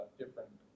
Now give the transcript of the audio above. different